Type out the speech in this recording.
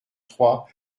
trois